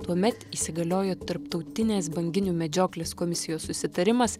tuomet įsigaliojo tarptautinės banginių medžioklės komisijos susitarimas